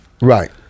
right